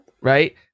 right